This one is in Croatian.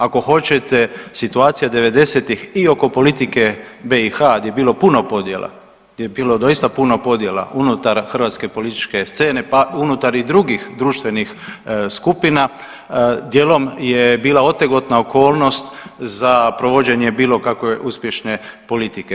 Ako hoćete situacija devedesetih i oko politike BiH gdje je bilo puno podjela, gdje je bilo doista puno podjela unutar hrvatske političke scene, pa unutar i drugih društvenih skupina, djelom je bila otegotna okolnost za provođenje bilo kakve uspješne politike.